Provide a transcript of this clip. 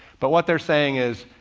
but what they're saying is,